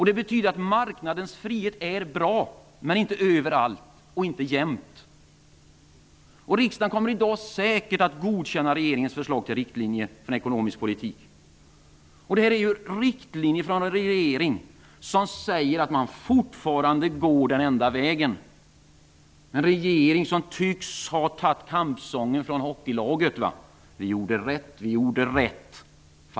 Det betyder att marknadens frihet är bra, men inte överallt och inte jämnt. I dag kommer riksdagen säkert att godkänna regeringens förslag till riktlinjer för den ekonomiska politiken. Det är fråga om riktlinjer från en regering som säger att man fortfarande går den enda vägen. Det är en regering som tycks ha tagit till sig kampsången från ishockeylaget: Vi gjorde rätt, vi gjorde rätt.